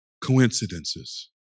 coincidences